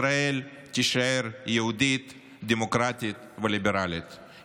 ישראל תישאר יהודית, דמוקרטית וליברלית.